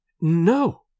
No